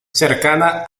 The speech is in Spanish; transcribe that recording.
cercana